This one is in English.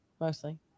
Mostly